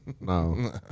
No